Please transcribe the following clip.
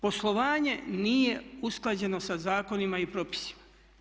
Poslovanje nije usklađeno sa zakonima i propisima.